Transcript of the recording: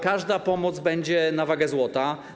Każda pomoc będzie na wagę złota.